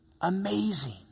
Amazing